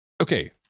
okay